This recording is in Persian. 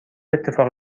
اتفاقی